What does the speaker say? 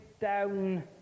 down